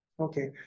Okay